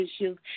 issues